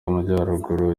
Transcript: amajyaruguru